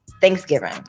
Thanksgiving